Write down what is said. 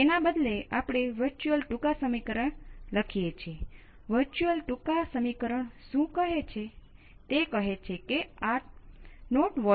તેથી જો મારી પાસે આ હોય